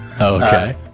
Okay